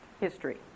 history